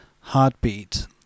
heartbeat